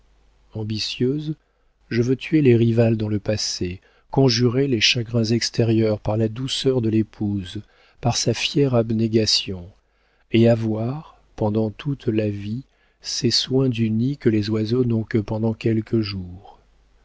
ambitieuse je veux tuer les rivales dans le passé conjurer les chagrins extérieurs par la douceur de l'épouse par sa fière abnégation et avoir pendant toute la vie ces soins du nid que les oiseaux n'ont que pendant quelques jours